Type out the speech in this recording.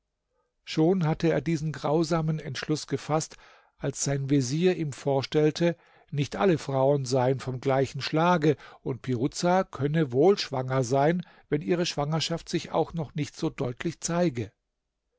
schon hatte er diesen grausamen entschluß gefaßt als sein vezier ihm vorstellte nicht alle frauen seien vom gleichen schlage und piruza könne wohl schwanger sein wenn ihre schwangerschaft sich auch noch nicht so deutlich zeige